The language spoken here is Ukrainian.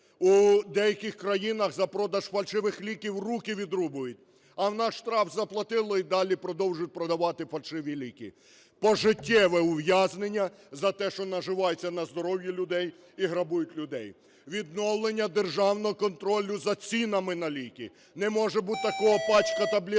У деяких країнах за продаж фальшивих ліків руки відрубують, а в нас штраф заплатили - і далі продовжують продавати фальшиві ліки. Пожиттєве ув'язнення за те, що наживаються на здоров'ї людей і грабують людей. Відновлення державного контролю за цінами на ліки. Не може бути такого: пачка таблеток